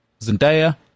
Zendaya